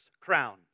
crown